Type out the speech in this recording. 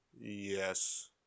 Yes